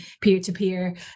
peer-to-peer